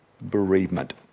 bereavement